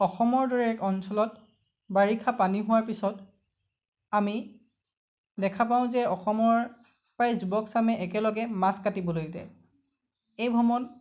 অসমৰ দৰে এক অঞ্চলত বাৰিষা পানী হোৱাৰ পিছত আমি দেখা পাওঁ যে অসমৰ প্ৰায় যুৱকচামে একেলগে মাছ কাটিবলৈ যায় এই ভ্ৰমণ